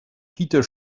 peter